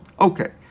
Okay